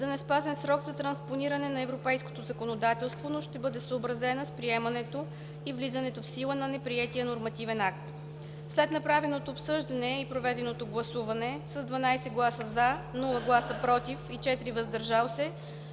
за неспазен срок за транспониране на европейското законодателство, но ще бъде съобразена с приемането и влизането в сила на неприетия нормативен акт. След направеното обсъждане и проведеното гласуване: с 12 гласа „за“, без „против“ и 4 „въздържали се“